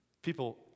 people